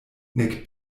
nek